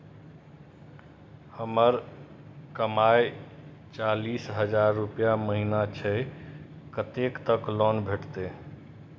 हमर कमाय चालीस हजार रूपया महिना छै कतैक तक लोन भेटते?